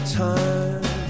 time